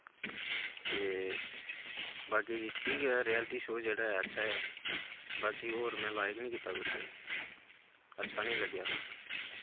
ते बाकी ठीक ऐ रियलिटी शो जेह्ड़ा ऐ अच्छा ऐ बाकी होर में लाइक निं कीता कुसे अच्छा निं लग्गेया